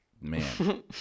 Man